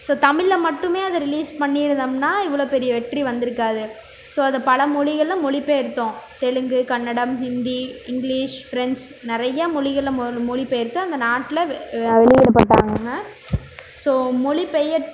so தமிழில் மட்டுமே அதை ரிலீஸ் பண்ணியிருந்தோம்னால் இவ்வளோ பெரிய வெற்றி வந்திருக்காது ஸோ அதை பல மொழிகளில் மொழிபெயர்த்தோம் தெலுங்கு கன்னடம் ஹிந்தி இங்கிலிஷ் ஃப்ரென்ச் நிறையா மொழிகளில் மொ மொழி பெயர்தோம் அந்த நாட்டில் வெளியிடப்பட்டாங்கங்க ஸோ மொழி பெயர்